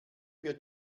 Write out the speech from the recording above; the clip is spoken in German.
wird